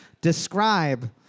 describe